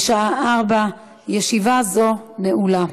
בשעה 16:00. ישיבה זו נעולה.